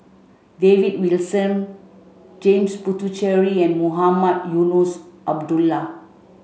David Wilson James Puthucheary and Mohamed Eunos Abdullah